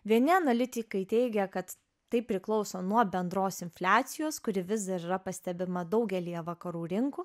vieni analitikai teigia kad tai priklauso nuo bendros infliacijos kuri vis dar yra pastebima daugelyje vakarų rinkų